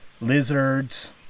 lizards